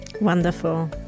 Wonderful